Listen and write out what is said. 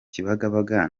kibagabaga